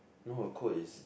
no her coat is